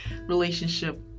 relationship